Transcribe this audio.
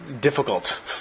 difficult